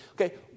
Okay